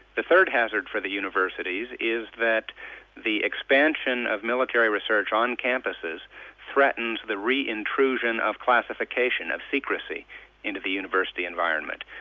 the third hazard for the universities is that the expansion of military research on campuses threatens the re-intrusion of classification, of secrecy into the university environment,